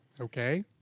okay